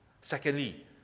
Secondly